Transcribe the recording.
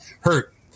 hurt